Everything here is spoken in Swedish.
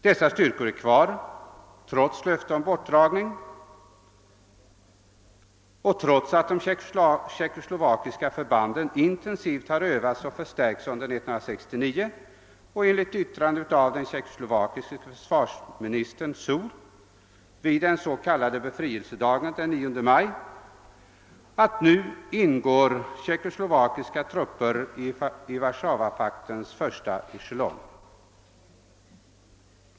Dessa styrkor är kvar, trots löftet om bortdragning och trots att de tjeckoslovakiska förbanden intensivt har övats och förstärkts under 1969 och enligt yttrande av den tjeckoslovakiske försvarsministern Dzur vid den s.k. »befrielsedagen» den 9 maj att nu ingår tjeckoslovakiska styrkor i Warszawapaktens första echelong.